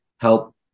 help